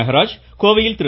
மெஹராஜ் கோவையில் திரு